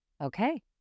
okay